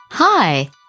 Hi